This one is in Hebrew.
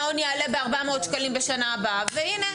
המעון יעלה ב-400 שקלים בשנה הבאה והנה,